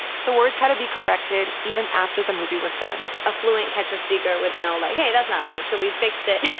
so words had to be corrected even after the movie was done a fluent quechua speaker would know, like, hey, that's not right. so we fixed it.